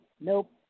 Nope